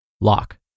Lock